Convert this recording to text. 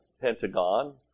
Pentagon